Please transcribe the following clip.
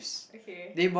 okay